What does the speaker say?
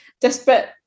desperate